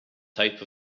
type